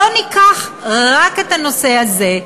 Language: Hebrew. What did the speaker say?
בואו ניקח רק את הנושא הזה,